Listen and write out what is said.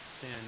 sin